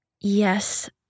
yes